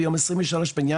ביום 23 בינואר,